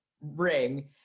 ring